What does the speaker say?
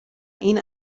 این